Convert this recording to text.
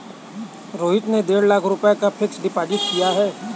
रोहित ने डेढ़ लाख रुपए का फ़िक्स्ड डिपॉज़िट किया